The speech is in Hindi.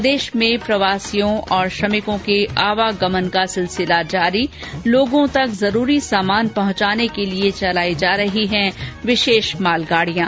प्रदेश में प्रवासियों और श्रमिकों के आवागमन का सिलसिला जारी लोगों तक जरूरी सामान पहुंचाने के लिए चलाई जा रही है विशेष मालगाड़ियां